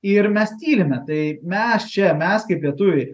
ir mes tylime tai mes čia mes kaip lietuviai